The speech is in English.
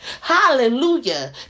Hallelujah